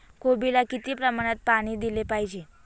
कोबीला किती प्रमाणात पाणी दिले पाहिजे?